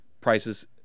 prices